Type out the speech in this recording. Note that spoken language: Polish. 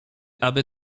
aby